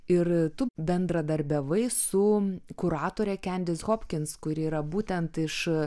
ir tu bendradarbiavai su kuratore kendis hopkins kuri yra būtent iš